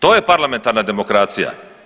To je parlamentarna demokracija.